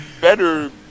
Better